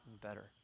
better